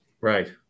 Right